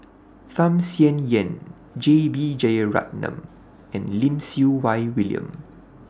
Tham Sien Yen J B Jeyaretnam and Lim Siew Wai William